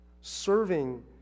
serving